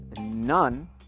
none